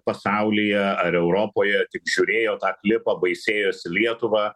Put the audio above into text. pasaulyje ar europoje tik žiūrėjo tą klipą baisėjosi lietuva